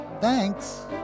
Thanks